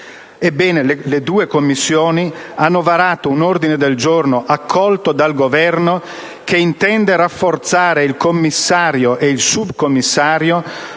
Ebbene, le due Commissioni hanno presentato un ordine del giorno, accolto dal Governo, che intende rafforzare il commissario e il subcommissario